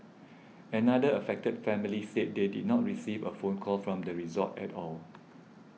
another affected family said they did not receive a phone call from the resort at all